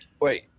Wait